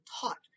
taught